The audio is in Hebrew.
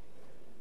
שאמרו לו